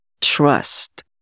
Trust